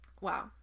wow